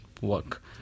work